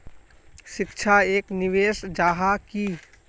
शिक्षा एक निवेश जाहा की?